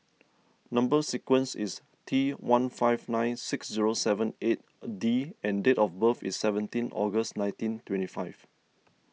Number Sequence is T one five nine six zero seven eight D and date of birth is seventeen August nineteen twenty five